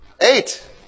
Eight